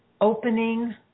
opening